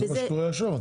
זה מה שקורה עכשיו.